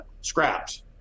scraps